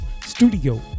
studio